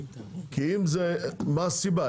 מה הסיבה.